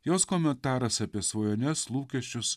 jos komentaras apie svajones lūkesčius